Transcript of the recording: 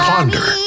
Ponder